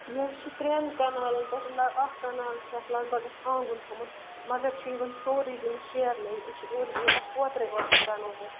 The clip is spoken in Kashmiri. مےٚ حظ چھِ ترٛٮ۪ن کَنالَن پٮ۪ٹھ اَکھ کَنال چھُ اَتھ لگ بگ اَسہِ آنٛگُن تھوٚومُت مگر چھُ یہِ وُنہِ سورُے وُنہِ شیرنٕے أسۍ چھِ اورٕ اَسہِ اوترے اوترے بَنوومُت